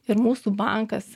ir mūsų bankas